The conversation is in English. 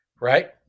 right